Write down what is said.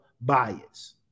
bias